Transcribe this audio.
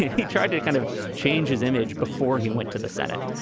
he tried to kind of change his image before he went to the senate.